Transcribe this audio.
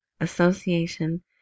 Association